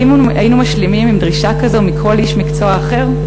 האם היינו משלימים עם דרישה כזו מכל איש מקצוע אחר?